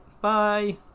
Bye